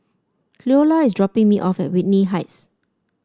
Cleola is dropping me off at Whitley Heights